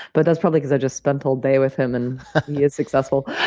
but that's probably because i just spent all day with him, and he is successful.